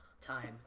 time